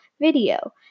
video